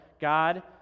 God